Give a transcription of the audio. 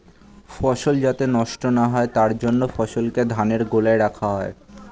ফসল যাতে নষ্ট না হয় তার জন্য ফসলকে ধানের গোলায় রাখা হয়